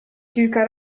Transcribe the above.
kilka